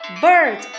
bird